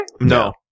No